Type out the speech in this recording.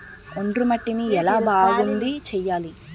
ఒండ్రు మట్టిని ఎలా బాగుంది చేయాలి?